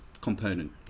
component